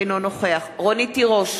אינו נוכח רונית תירוש,